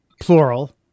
plural